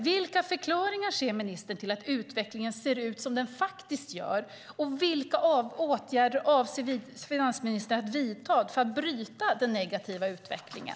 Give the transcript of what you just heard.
Vilka förklaringar ser ministern till att utvecklingen ser ut som den faktiskt gör, och vilka åtgärder avser finansministern att vidta för att bryta den negativa utvecklingen?